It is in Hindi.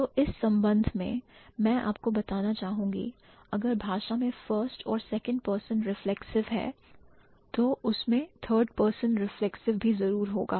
तो इस संबंध में मैं आपको बताना चाहूंगी अगर भाषा में first और second person reflexive है तो उसमें third person reflexive भी जरूर होगा